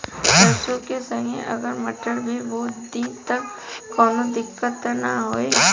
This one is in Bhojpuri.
सरसो के संगे अगर मटर भी बो दी त कवनो दिक्कत त ना होय?